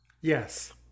Yes